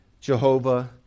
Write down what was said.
Jehovah